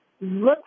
Look